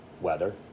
weather